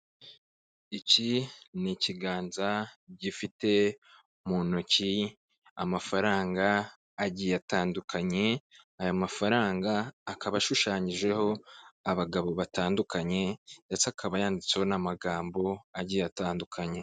Iki ni ikiganza gifite mu ntoki amafaranga agiye atandukanye aya mafaranga akaba ashushanyijeho abagabo batandukanye ndetse akaba yanditsweho n'amagambo agiye atandukanye.